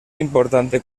importante